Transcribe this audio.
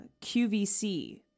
QVC